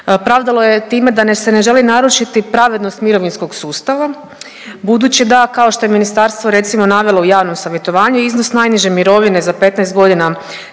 pravdalo je time da se ne želi narušiti pravednost mirovinskog sustava budući da, kao što je ministarstvo, recimo, navelo u javnom savjetovanju, iznos najniže mirovine za 15 godina